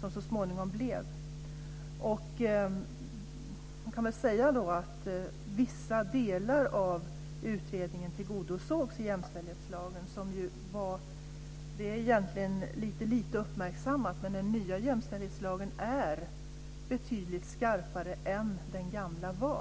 som så småningom genomfördes. Vissa delar av utredningen tillgodosågs i jämställdhetslagen. Den nya jämställdhetslagen är - och det är egentligen väldigt lite uppmärksammat - betydligt skarpare än vad den gamla var.